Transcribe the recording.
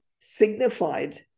signified